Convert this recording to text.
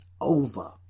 over